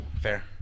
Fair